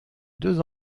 deux